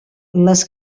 les